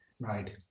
right